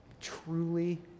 Truly